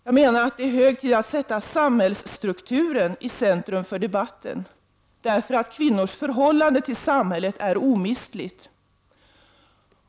Jag menar att det är hög tid att sätta samhällsstrukturen i centrum för debatten, eftersom kvinnors förhållande till samhället är omistligt.